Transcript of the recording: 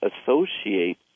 associate